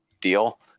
deal